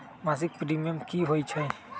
मासिक प्रीमियम की होई छई?